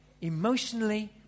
Emotionally